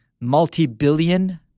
multi-billion